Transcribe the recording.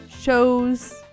shows